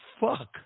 fuck